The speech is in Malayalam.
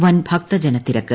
വൻ ഭക്തജനത്തിരക്ക്